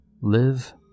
Live